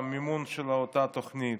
במימון של אותה תוכנית.